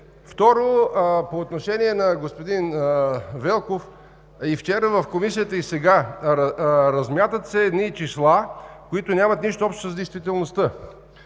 Второ, по отношение на господин Велков – и вчера в Комисията, и сега се размятат едни числа, които нямат нищо общо с действителността.